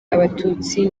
abatutsi